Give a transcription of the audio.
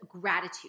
gratitude